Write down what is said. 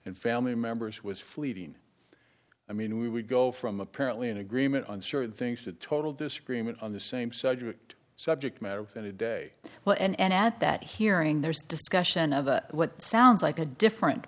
and family members was fleeting i mean we would go from apparently in agreement on certain things to total disagreement on the same subject subject matter and today well and at that hearing there's discussion of a what sounds like a different